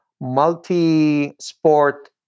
multi-sport